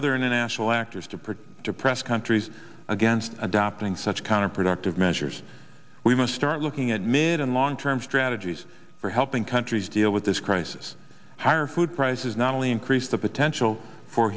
other international actors to produce to press countries against adopting such counterproductive measures we must start looking at mid and long term strategies for helping countries deal with this crisis higher food prices not only increase the potential for